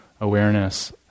awareness